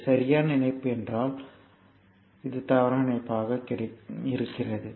இது சரியான இணைப்பு என்றால் ஆனால் இது தவறான இணைப்பு ஆகும்